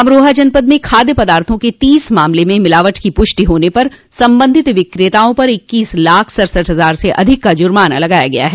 अमरोहा जनपद में खाद्य पदार्थों के तीस मामले में मिलावट की प्रष्टि होने पर संबंधित विक्रेताओं पर इक्कीस लाख सड़सठ हजार से अधिक का जुर्माना लगाया गया है